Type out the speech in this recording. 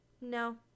No